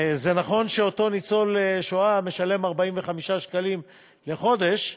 נכון שאותו ניצול שואה משלם 45 שקלים לחודש,